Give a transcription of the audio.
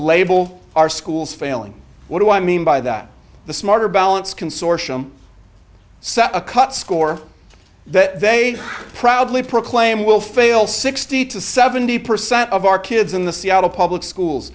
label our schools failing what do i mean by that the smarter balance consortium said a cut score that they proudly proclaim will fail sixty to seventy percent of our kids in the seattle public schools